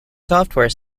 software